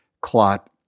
clot